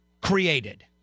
created